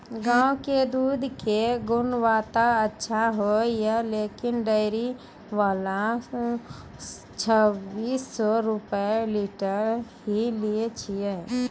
गांव के दूध के गुणवत्ता अच्छा होय या लेकिन डेयरी वाला छब्बीस रुपिया लीटर ही लेय छै?